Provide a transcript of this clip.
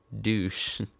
douche